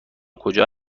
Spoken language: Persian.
کجا